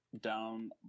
down